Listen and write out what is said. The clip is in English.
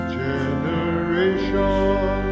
generation